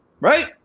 Right